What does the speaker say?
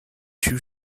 two